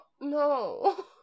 no